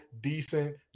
decent